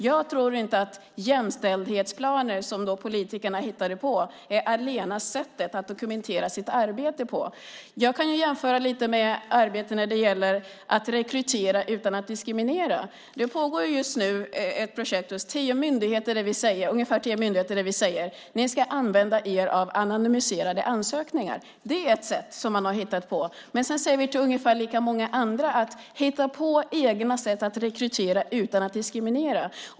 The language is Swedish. Jag tror inte att jämställdhetsplaner, som politikerna hittade på, är det enda sättet att dokumentera sitt arbete på. Jag kan jämföra lite med arbetet med att rekrytera utan att diskriminera. Det pågår just nu ett projekt hos ungefär tio myndigheter som ska använda sig av anonymiserade ansökningar. Det är ett sätt. Sedan har vi sagt till ungefär lika många andra att de ska hitta på egna sätt att rekrytera utan att diskriminera.